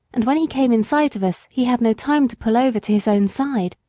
and when he came in sight of us he had no time to pull over to his own side.